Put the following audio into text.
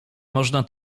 można